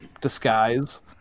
disguise